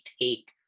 take